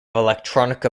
electronica